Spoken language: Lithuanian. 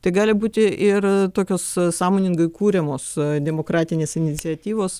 tai gali būti ir tokios sąmoningai kuriamos demokratinės iniciatyvos